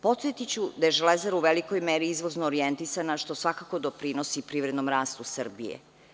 Podsetiću da je Železara u velikoj meri izvozno orijentisana što svakako doprinosi privrednom rastu Srbije.